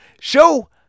show